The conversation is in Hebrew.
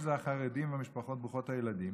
שזה החרדים והמשפחות ברוכות הילדים,